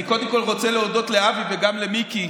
אני קודם כול רוצה להודות לאבי וגם למיקי